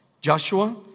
Joshua